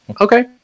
Okay